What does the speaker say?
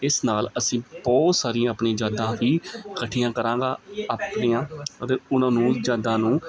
ਇਸ ਨਾਲ ਅਸੀਂ ਬਹੁਤ ਸਾਰੀਆਂ ਆਪਣੀਆਂ ਯਾਦਾਂ ਹੀ ਇਕੱਠੀਆਂ ਕਰਾਂਗਾ ਆਪਣੀਆਂ ਅਤੇ ਉਹਨਾਂ ਨੂੰ ਯਾਦਾਂ ਨੂੰ